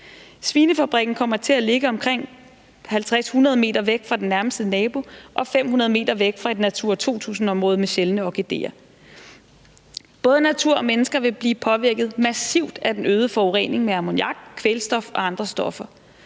Svinefabrikken kommer til at ligge omkring 50-100 m fra den nærmeste nabo og 500 m fra et Natura 2000-område med sjældne orkideer. Både natur og mennesker vil blive påvirket massivt af den øgede forurening med ammoniak, kvælstof og andre stoffer,